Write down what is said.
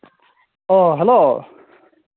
ꯑꯥ hello